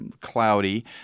cloudy